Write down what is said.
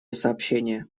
сообщения